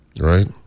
right